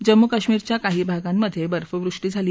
जम्मू कश्मीरच्या काही भागामध्ये बर्फवृष्टी झाली